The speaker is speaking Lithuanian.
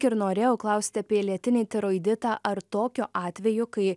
ir norėjau klausti apie lietinį tiroiditą ar tokiu atveju kai